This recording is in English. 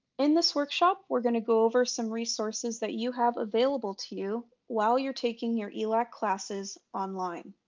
in this workshop we're going to go over some resources that you have available to you while you're taking your elac classes online.